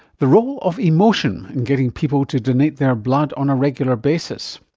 the role of emotion in getting people to donate their blood on a regular basis.